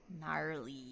Gnarly